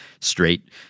straight